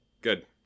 Good